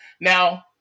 Now